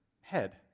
head